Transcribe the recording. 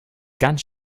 ganz